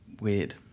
weird